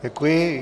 Děkuji.